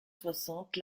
soixante